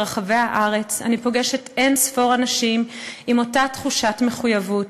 אני פוגשת ברחבי הארץ אין-ספור אנשים עם אותה תחושת מחויבות.